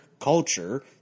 culture